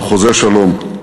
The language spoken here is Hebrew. על חוזה שלום.